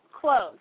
close